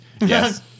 Yes